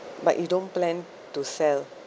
but you don't plan to sell